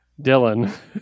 Dylan